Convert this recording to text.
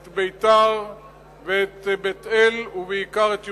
את ביתר ואת בית-אל, ובעיקר את ירושלים.